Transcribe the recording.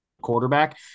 quarterback